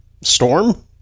storm